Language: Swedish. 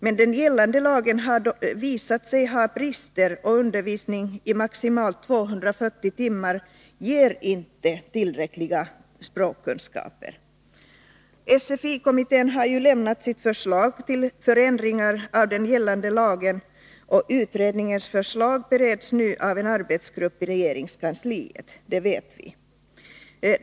Men den gällande lagen har visat sig ha brister, och undervisning under maximalt 240 timmar ger inte tillräckliga språkkunskaper. SFI-kommittén har lämnat sitt förslag till förändringar av gällande lag, och utredningsförslaget bereds nu i en arbetsgrupp i regeringskansliet — det vet vi.